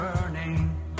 burning